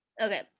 Okay